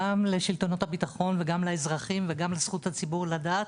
גם לשלטונות הביטחון וגם לאזרחים וגם לזכות הציבור לדעת,